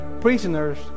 prisoners